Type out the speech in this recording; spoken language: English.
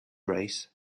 race